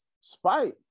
spite